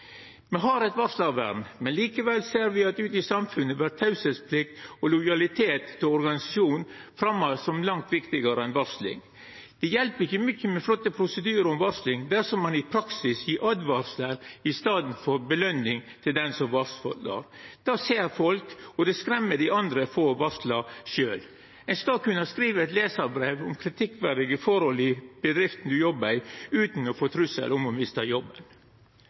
Me har eit varslarvern, men likevel ser me at ute i samfunnet vert teieplikt og lojalitet til organisasjonen framheva som langt viktigare enn varsling. Det hjelper ikkje mykje med flotte prosedyrar om varsling dersom ein i praksis gjev åtvaring i staden for påskjønning til den som varslar. Det ser folk, og det skremmer dei andre frå å varsla sjølve. Ein skal kunna skriva eit lesarbrev om kritikkverdige forhold i bedrifta ein jobbar i, utan å få trugsel om å mista jobben.